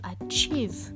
achieve